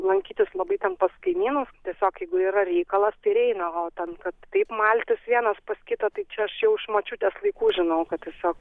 lankytis labai ten pas kaimynus tiesiog jeigu yra reikalas tai ir eina o ten kad taip maltis vienas pas kitą tai čia aš jau iš močiutės laikų žinau kad tiesiog